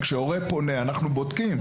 כשהורה פונה אנחנו בודקים,